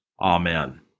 Amen